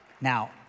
Now